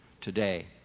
today